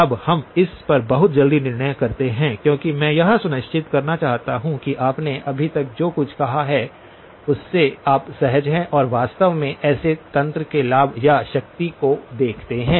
अब हम इस पर बहुत जल्दी निर्माण करते हैं क्योंकि मैं यह सुनिश्चित करना चाहता हूं कि आपने अभी तक जो कुछ कहा है उससे आप सहज हैं और वास्तव में ऐसे तंत्र के लाभ या शक्ति को देखते हैं